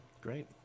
great